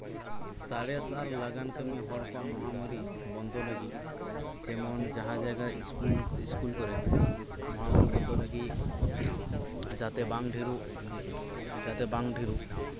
ᱥᱟᱬᱮᱥ ᱟᱨ ᱞᱟᱜᱟᱱ ᱠᱟᱹᱢᱤ ᱦᱚᱲ ᱠᱚᱣᱟᱜ ᱢᱚᱦᱟᱢᱟᱹᱨᱤ ᱡᱮᱢᱚᱱ ᱡᱟᱦᱟ ᱡᱟᱭᱜᱟᱨᱮ ᱤᱥᱠᱩᱞ ᱤᱥᱠᱩᱞ ᱠᱚᱨᱮᱜ ᱢᱚᱦᱟᱢᱟ ᱨᱤ ᱵᱚᱱᱫᱚ ᱞᱟᱹᱜᱤᱫ ᱡᱟᱛᱮ ᱵᱟᱝ ᱰᱷᱮᱨᱚᱜ ᱡᱟᱛᱮ ᱵᱟᱝ ᱰᱷᱮᱨᱚᱜ